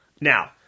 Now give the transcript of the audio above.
Now